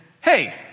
hey